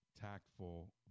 tactful